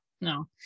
no